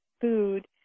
food